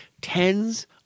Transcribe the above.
tens